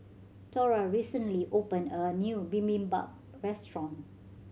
Thora recently opened a new Bibimbap Restaurant